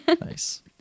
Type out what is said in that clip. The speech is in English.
Nice